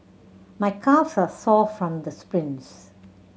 my calves are sore from the sprints